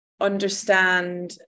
understand